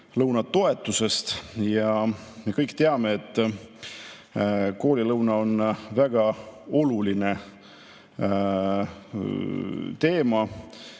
toetusest. Me kõik teame, et koolilõuna on väga oluline teema,